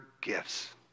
gifts